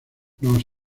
nos